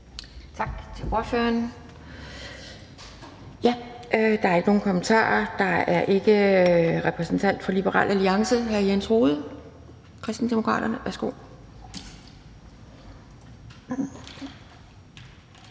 Tak til ordføreren. Der er ikke nogen, der har kommentarer. Der er ikke nogen repræsentant for Liberal Alliance. Hr. Jens Rohde, Kristendemokraterne, værsgo.